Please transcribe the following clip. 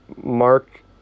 Mark